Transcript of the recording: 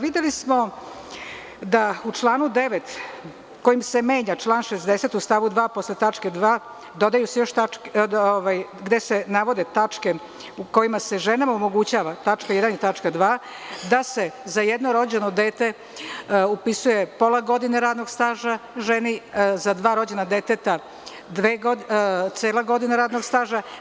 Videli smo da u članu 9. kojim se menja član 60. u stavu 2. posle tačke 2), gde se navode tačke u kojima se ženama omogućava, tačka 1) i tačka 2), da se za jedno rođeno dete upisuje pola godine radnog staža ženi, za dva rođena deteta cela godina radnog staža.